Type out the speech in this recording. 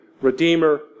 Redeemer